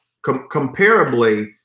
comparably